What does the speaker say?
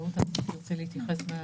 רעות, תרצי להתייחס?